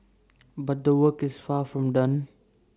but the work is far from done